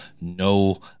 no